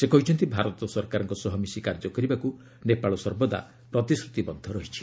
ସେ କହିଛନ୍ତି ଭାରତ ସରକାରଙ୍କ ସହ ମିଶି କାର୍ଯ୍ୟ କରିବାକୁ ନେପାଳ ସର୍ବଦା ପ୍ରତିଶ୍ରତିବଦ୍ଧ ରହିଛି